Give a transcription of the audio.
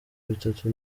bitatu